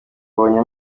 abonye